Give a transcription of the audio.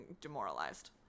demoralized